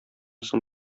соң